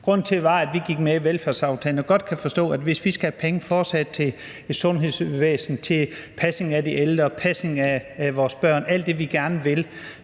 Grunden til, at vi gik med i velfærdsaftalen, er jo, at vi godt kan forstå, at hvis vi fortsat skal have penge til sundhedsvæsen, til pasning af de ældre, pasning af vores børn – alt det, vi gerne vil